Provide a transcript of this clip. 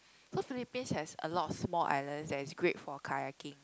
so Philippines has a lot of small islands that is great for kayaking